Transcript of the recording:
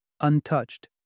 untouched